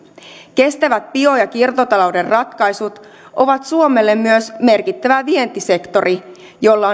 kestävät bio ja kiertotalouden ratkaisut ovat suomelle myös merkittävä vientisektori jolla